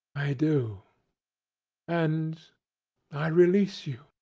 i do and i release you.